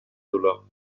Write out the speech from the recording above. dolor